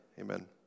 amen